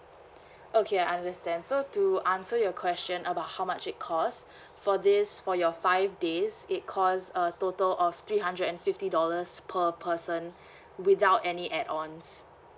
okay I understand so to answer your question about how much it cost for this for your five days it cost a total of three hundred and fifty dollars per person without any add ons